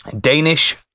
Danish